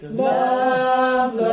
love